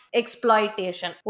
exploitation